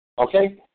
okay